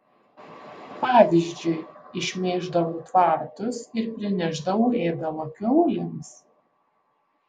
pavyzdžiui išmėždavau tvartus ir prinešdavau ėdalo kiaulėms